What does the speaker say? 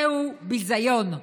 זהו ביזיון.